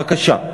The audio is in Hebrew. בבקשה.